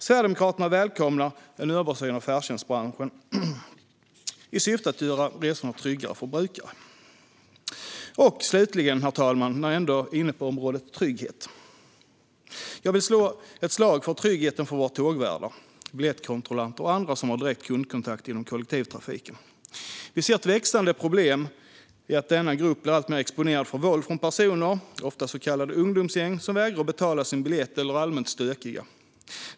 Sverigedemokraterna välkomnar en översyn av färdtjänstbranschen i syfte att göra resorna tryggare för brukarna. Slutligen, herr talman, när jag ändå är inne på området trygghet, vill jag slå ett slag för tryggheten för våra tågvärdar, biljettkontrollanter och andra som har direkt kundkontakt inom kollektivtrafiken. Vi ser ett växande problem i att denna grupp blir alltmer exponerad för våld från personer, ofta så kallade ungdomsgäng, som vägrar betala biljett eller är allmänt stökiga.